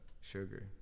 sugar